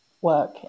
work